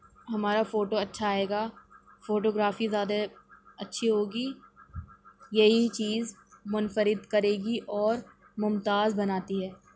ہمارا فوٹو اچھا آئے گا فوٹو گرافی زیادہ اچھی ہوگی یہی چیز مُنفرد کرے گی اور ممتاز بناتی ہے